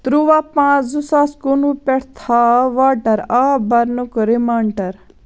تُرٛواہ پانٛژھ زٕ ساس کُنوُہ پٮ۪ٹھ تھاو واٹَر آب برنُک رِمانٛڈَر